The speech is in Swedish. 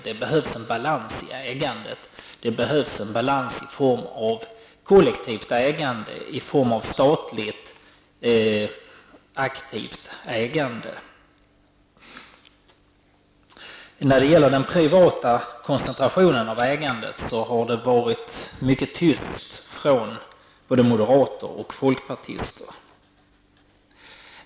Det behövs en balans i ägandet i form av kollektivt ägande och statligt aktivt ägande. När det gäller den privata koncentrationen av ägande har det varit mycket tyst från både moderater och folkpartister.